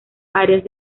áreas